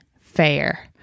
fair